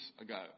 ago